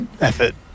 effort